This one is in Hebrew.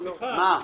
סליחה,